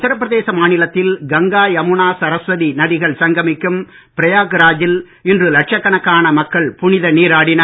உத்திரபிரதேச மாநிலத்தில் கங்கா யமுனா சரஸ்வதி நதிகள் சங்கமிக்கும் பிரயாக்ராஜில் இன்று லட்சக்கணக்கான மக்கள் புனித நீராடினர்